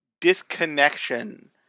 disconnection